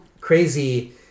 crazy